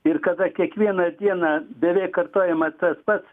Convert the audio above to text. ir kada kiekvieną dieną beveik kartojama tad pats